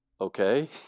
Okay